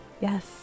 Yes